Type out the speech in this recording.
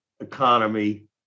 economy